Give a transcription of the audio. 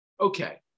Okay